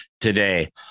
today